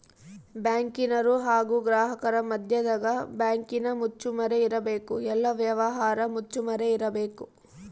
ಬ್ಯಾಂಕಿನರು ಹಾಗು ಗ್ರಾಹಕರ ಮದ್ಯದಗ ಬ್ಯಾಂಕಿನ ಮುಚ್ಚುಮರೆ ಇರಬೇಕು, ಎಲ್ಲ ವ್ಯವಹಾರ ಮುಚ್ಚುಮರೆ ಇರಬೇಕು